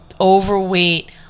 overweight